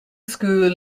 school